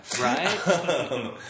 Right